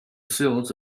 sills